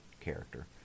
character